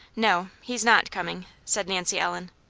no, he's not coming, said nancy ellen.